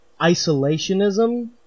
isolationism